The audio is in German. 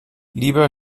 lieber